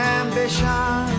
ambition